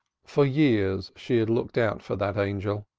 for years she looked out for that angel,